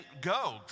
Go